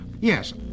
Yes